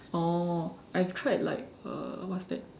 oh I tried like uh what's that